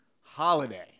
holiday